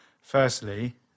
Firstly